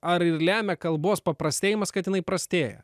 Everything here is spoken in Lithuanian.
ar lemia kalbos paprastėjimas kad jinai prastėja